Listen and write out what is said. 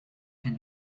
can